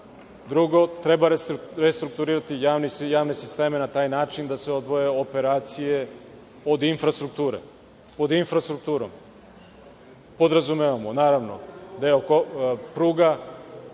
Drugo, treba restrukturirati javne sisteme na taj način da se odvoje operacije od infrastrukture. Pod infrastrukturom podrazumevamo, naravno, deo pruga,